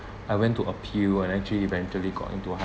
I went to appeal and actually eventually got into hand